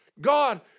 God